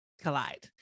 collide